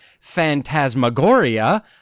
phantasmagoria